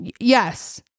yes